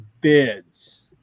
bids